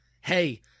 hey